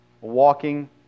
walking